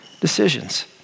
decisions